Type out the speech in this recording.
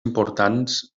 importants